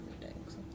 meetings